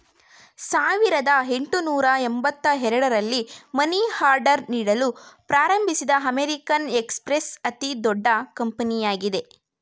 ಸಾವಿರದ ಎಂಟುನೂರು ಎಂಬತ್ತ ಎರಡು ರಲ್ಲಿ ಮನಿ ಆರ್ಡರ್ ನೀಡಲು ಪ್ರಾರಂಭಿಸಿದ ಅಮೇರಿಕನ್ ಎಕ್ಸ್ಪ್ರೆಸ್ ಅತಿದೊಡ್ಡ ಕಂಪನಿಯಾಗಿದೆ